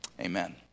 Amen